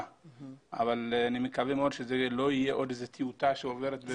אבל אני מקווה מאוד שהדוח לא יהיה טיוטה שעוברת.